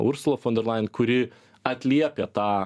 ursula fon der lajen kuri atliepė tą